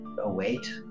Await